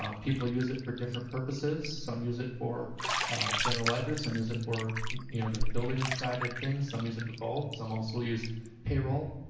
um people use it for different purposes. some use it for general ledger, some use it for you know the building side of things. some use it for both. some also use payroll.